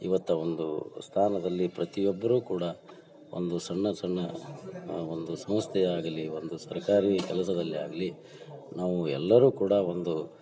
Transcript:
ಇಒಟ್ಟು ಒಂದು ಸ್ಥಾನದಲ್ಲಿ ಪ್ರತಿಯೊಬ್ಬರೂ ಕೂಡ ಒಂದು ಸಣ್ಣ ಸಣ್ಣ ಒಂದು ಸಂಸ್ಥೆಯಾಗಲಿ ಒಂದು ಸರ್ಕಾರಿ ಕೆಲಸದಲ್ಲಿ ಆಗಲಿ ನಾವು ಎಲ್ಲರೂ ಕೂಡ ಒಂದು